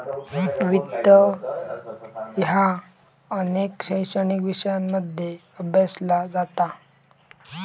वित्त ह्या अनेक शैक्षणिक विषयांमध्ये अभ्यासला जाता